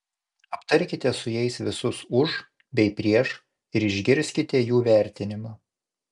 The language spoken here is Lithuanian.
aptarkite su jais visus už bei prieš ir išgirskite jų vertinimą